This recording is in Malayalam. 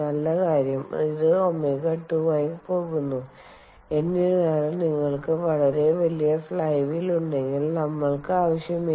നല്ല കാര്യം ഇത് ω2 ആയി പോകുന്നു എന്നിരുന്നാലും നിങ്ങൾക്ക് വളരെ വലിയ ഫ്ലൈ വീൽ ഉണ്ടെങ്കിൽ നമ്മൾക്ക് ആവശ്യമില്ല